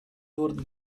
wurden